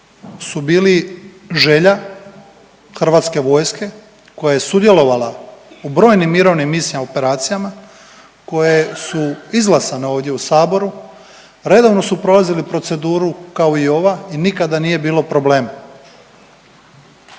su bili želja HV-a koja je sudjelovala u brojnim mirovnim misijama i operacijama, koje su izglasane ovdje u saboru, redovno su prolazili proceduru kao i ova i nikada nije bilo problema.